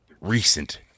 recent